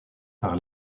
par